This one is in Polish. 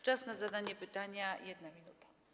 Czas na zadanie pytania - 1 minuta.